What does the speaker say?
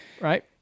right